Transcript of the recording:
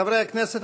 חברי הכנסת,